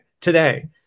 today